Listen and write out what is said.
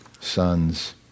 sons